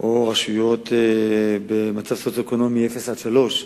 או רשויות בדרגה סוציו-אקונומית של 0 3,